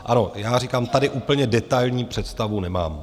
Ano, já říkám, tady úplně detailní představu nemám.